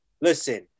listen